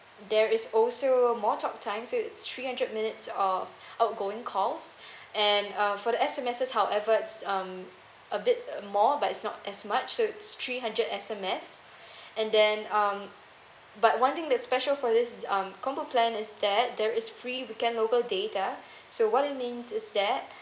there is also more talk time so it's three hundred minutes of outgoing calls and uh for the S_M_Ses however it's um a bit more but it's not as much so it's three hundred S_M_S and then um but one thing that special for this um combo plan is that there is free weekend local data so what it means is that